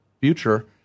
future